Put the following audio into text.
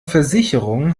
versicherung